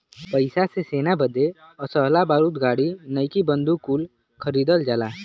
पइसा से सेना बदे असलहा बारूद गाड़ी नईकी बंदूक कुल खरीदल जाला